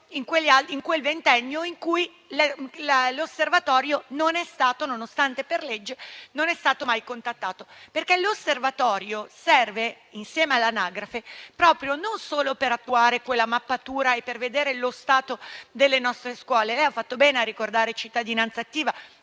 nel ventennio in cui l'Osservatorio, nonostante fosse previsto per legge, non è stato mai contattato, perché l'Osservatorio serve, insieme all'anagrafe, non solo per attuare quella mappatura e per verificare lo stato delle nostre scuole. Lei ha fatto bene a ricordare Cittadinanzattiva,